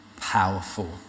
powerful